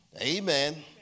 Amen